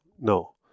no